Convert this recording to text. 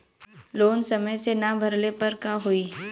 Loan समय से ना भरले पर का होयी?